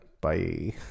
Bye